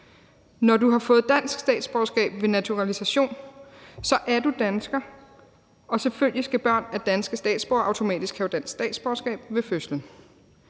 Når du har fået dansk statsborgerskab ved naturalisation, er du dansker, og selvfølgelig skal børn af danske statsborgere automatisk have dansk statsborgerskab ved fødslen.